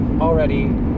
already